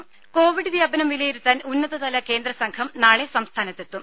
ദേഴ കോവിഡ് വ്യാപനം വിലയിരുത്താൻ ഉന്നതതല കേന്ദ്ര സംഘം നാളെ സംസ്ഥാനത്തെത്തും